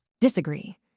Disagree